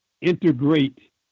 integrate